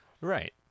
Right